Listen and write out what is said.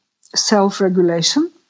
self-regulation